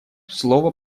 слова